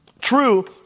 True